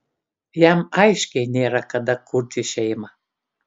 jam aiškiai nėra kada kurti šeimą